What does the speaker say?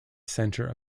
centre